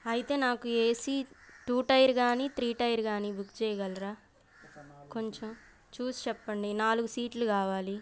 అయితే నాకు AC two tier కానీ త్రీ టైర్ కానీ బుక్ చేయగలరా కొంచెం చూసి చెప్పండి నాలుగు సీట్లు కావాలి